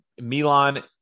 Milan